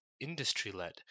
industry-led